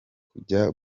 kujya